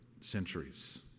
centuries